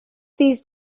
these